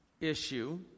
issue